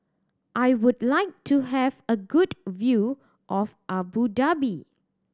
I would like to have a good view of Abu Dhabi